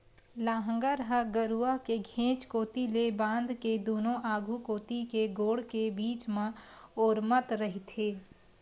लांहगर ह गरूवा के घेंच कोती ले बांध के दूनों आघू कोती के गोड़ के बीच म ओरमत रहिथे